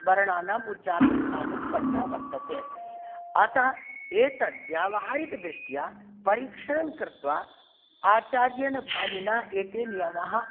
वर्णानां उच्चारणस्थानं कण्ठः वर्तते अतः एतत् व्यावहारिकदृष्ट्या परीक्षणं कृत्वा आचार्येण पाणिना एते नियमाः